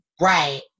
Right